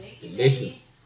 Delicious